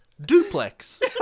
duplex